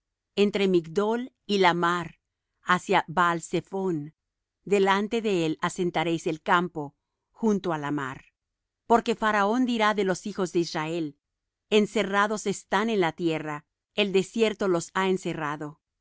entre migdol y la mar hacia baalzephón delante de él asentaréis el campo junto á la mar porque faraón dirá de los hijos de israel encerrados están en la tierra el desierto los ha encerrado y